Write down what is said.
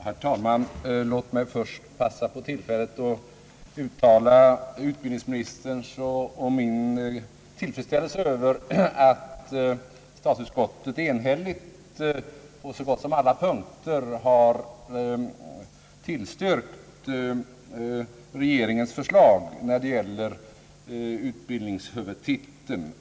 Herr talman! Låt mig först passa på tillfället att uttala utbildningsministerns och min tillfredsställelse över att statsutskottet enhälligt på så gott som alla punkter under utbildningshuvudtiteln har tillstyrkt regeringens förslag.